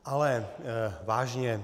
Ale vážně.